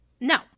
no